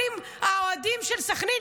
אם האוהדים של סח'נין,